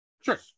Sure